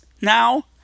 now